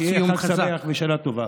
שיהיה לכם חג שמח ושנה טובה.